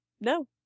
No